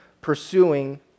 pursuing